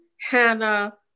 hannah